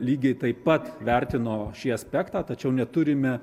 lygiai taip pat vertino šį aspektą tačiau neturime